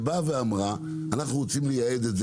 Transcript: ובאה ואמרה 'אנחנו רוצים לייעד את זה